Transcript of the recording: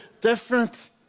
different